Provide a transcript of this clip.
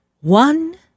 One